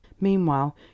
Meanwhile